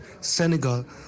Senegal